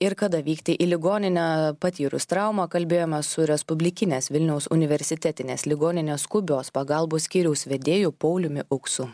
ir kada vykti į ligoninę patyrus traumą kalbėjome su respublikinės vilniaus universitetinės ligoninės skubios pagalbos skyriaus vedėju pauliumi auksu